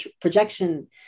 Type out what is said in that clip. projection